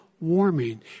warming